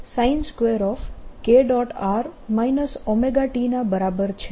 r ωt ના બરાબર છે